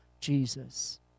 Jesus